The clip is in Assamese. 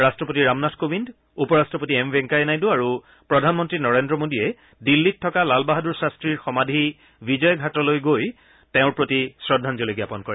ৰাট্টপতি ৰামনাথ কোবিন্দ উপ ৰাট্টপতি এম ভেংকায়া নাইডু আৰু প্ৰধানমন্ত্ৰী নৰেন্দ্ৰ মোডীয়ে দিল্লীত থকা লাল বাহাদুৰ শান্তীৰ সমাধি বিজয় ঘাটলৈ গৈ তেওঁৰ প্ৰতি শ্ৰদ্ধাঞ্জলি জ্ঞাপন কৰে